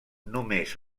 només